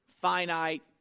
finite